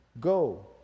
Go